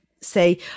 say